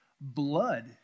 blood